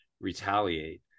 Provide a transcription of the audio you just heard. retaliate